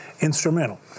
instrumental